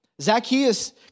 Zacchaeus